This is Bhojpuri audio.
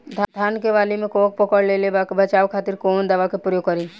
धान के वाली में कवक पकड़ लेले बा बचाव खातिर कोवन दावा के प्रयोग करी?